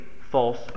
false